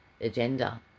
agenda